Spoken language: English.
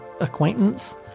Acquaintance